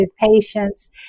patients